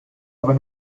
aber